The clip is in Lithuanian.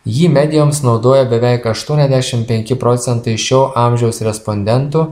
jį medijoms naudoja beveik aštuoniasdešim penki procentai šio amžiaus respondentų